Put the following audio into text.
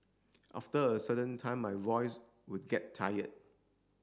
after a certain time my voice would get tired